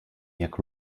jak